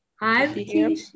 Hi